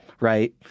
Right